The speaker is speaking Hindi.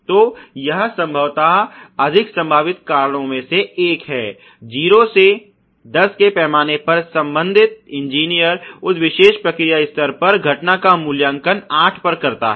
तो यह संभवतः अधिक संभावित कारणों में से एक है और 0 से 10 के पैमाने पर संबंधित इंजीनियर उस विशेष प्रक्रिया स्तर पर घटना का मूल्यांकन 8 पर करता है